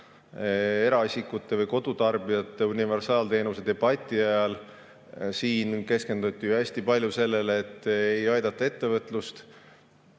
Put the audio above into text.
Eraisikute või kodutarbijate universaalteenuse debati ajal keskenduti siin hästi palju sellele, et ei aidata ettevõtlust,